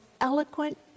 eloquent